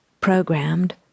programmed